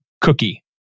cookie